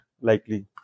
likely